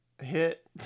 Hit